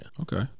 Okay